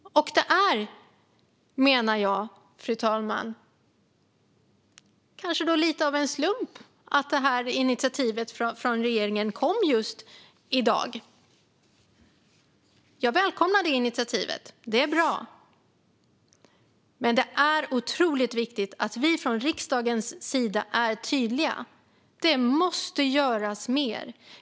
Kanske är det lite av en slump, fru talman, att initiativet från regeringen kom just i dag. Jag välkomnar det. Det är bra. Men det är otroligt viktigt att vi i riksdagen är tydliga. Det måste göras mer.